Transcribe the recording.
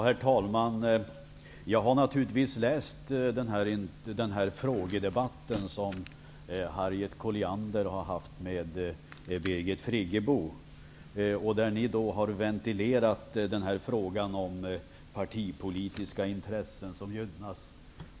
Herr talman! Jag har naturligtvis läst den frågedebatt som Harriet Colliander förde med Birgit Friggebo och där ni ventilerade frågan huruvida partipolitiska intressen gynnas.